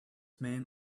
man